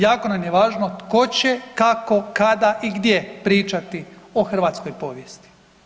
Jako nam je važno tko će, kako, kada i gdje pričati o hrvatskoj povijesti.